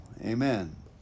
Amen